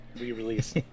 re-release